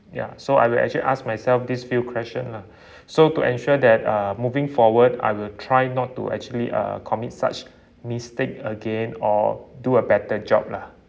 ya so I will actually ask myself this few question lah so to ensure that uh moving forward I will try not to actually uh commit such mistake again or do a better job lah